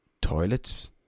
toilets